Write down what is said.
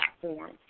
platform